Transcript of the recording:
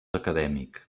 acadèmic